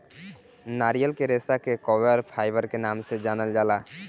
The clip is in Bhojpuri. नारियल के रेशा के कॉयर फाइबर के नाम से जानल जाला